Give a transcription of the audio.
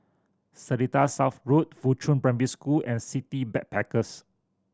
Seletar South Road Fuchun Primary School and City Backpackers